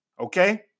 okay